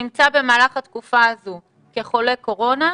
שנמצא במהלך התקופה הזו כחולה קורונה,